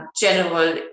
general